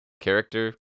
Character